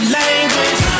language